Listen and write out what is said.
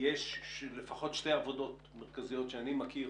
יש לפחות שתי עבודות מרכזיות שאני מכיר